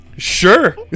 Sure